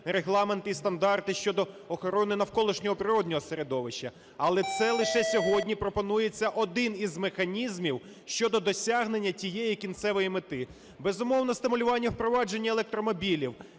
регламенти і стандарти щодо охорони навколишнього природного середовища. Але це лише сьогодні пропонується один із механізмів щодо досягнення тієї кінцевої мети. Безумовно, стимулювання впровадження електромобілів